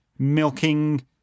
milking